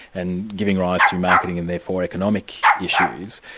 and giving rise to marketing and therefore economic issues,